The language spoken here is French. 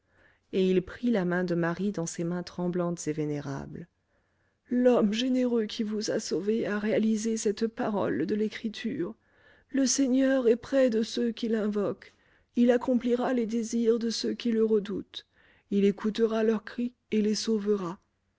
l'homme généreux qui vous a sauvée a réalisé cette parole de l'écriture le seigneur est près de ceux qui l'invoquent il accomplira les désirs de ceux qui le redoutent il écoutera leurs cris et les sauvera